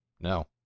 No